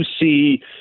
see